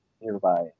nearby